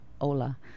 Ola